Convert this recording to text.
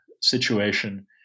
situation